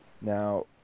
Now